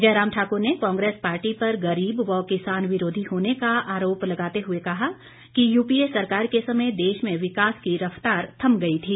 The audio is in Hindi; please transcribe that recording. जयराम ठाकुर ने कांग्रेस पार्टी पर गरीब व किसान विरोधी होने का आरोप लगाते हुए कहा कि यूपीए सरकार के समय देश में विकास की रफ्तार थम गई थी